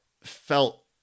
felt